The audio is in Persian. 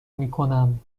میکنم